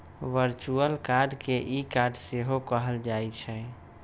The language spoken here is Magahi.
वर्चुअल कार्ड के ई कार्ड सेहो कहल जाइ छइ